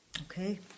Okay